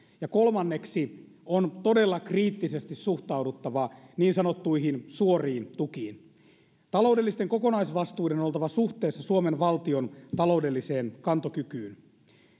ja kolmanneksi on todella kriittisesti suhtauduttava niin sanottuihin suoriin tukiin taloudellisten kokonaisvastuiden on oltava suhteessa suomen valtion taloudelliseen kantokykyyn